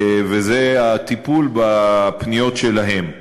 וזה הטיפול בפניות שלהם.